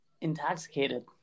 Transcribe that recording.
intoxicated